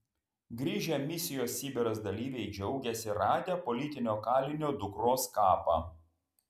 grįžę misijos sibiras dalyviai džiaugiasi radę politinio kalinio dukros kapą